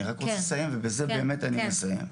אני רק רוצה לסיים ובזה באמת אני מסיים.